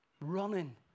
running